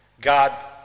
God